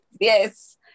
Yes